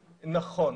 נכון.